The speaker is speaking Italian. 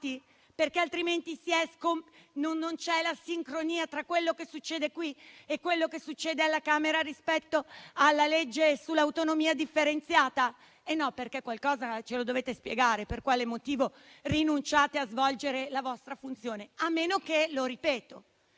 Perché altrimenti non c'è sincronia tra quello che succede qui e quello che succede alla Camera rispetto al disegno di legge sull'autonomia differenziata? Ci dovete spiegare per quale motivo rinunciate a svolgere la vostra funzione. A meno che per